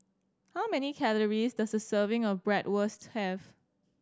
how many calories does a serving of Bratwurst have